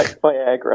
Viagra